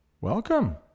welcome